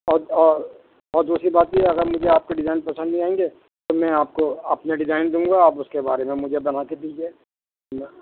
اور اور اور دوسری بات یہ ہے اگر مجھے آپ کے ڈیزائن پسند نہیں آئیں گے تو میں آپ کو اپنے ڈیزائن دوں گا آپ اس کے بارے میں مجھے بنا کے دیجیے میں